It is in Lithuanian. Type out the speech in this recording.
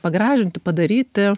pagražinti padaryti